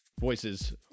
voices